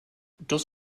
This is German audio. das